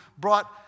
brought